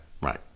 right